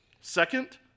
Second